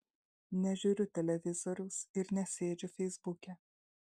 nežiūriu televizoriaus ir nesėdžiu feisbuke